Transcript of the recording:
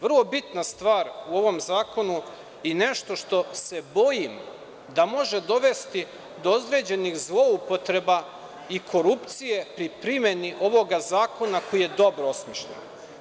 Vrlo bitna stvar u ovom zakonu i nešto što se bojim da može dovesti do određenih zloupotreba i korupcije pri primeni ovog zakona, koje dobro osmišljen.